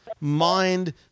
mind